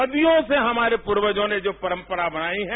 सदियों से हमारे पूर्वजों ने हमारी परंपरा बनाई है